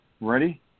Ready